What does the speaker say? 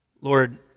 Lord